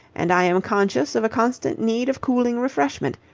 and i am conscious of a constant need of cooling refreshment.